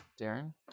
Darren